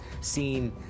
seen